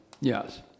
Yes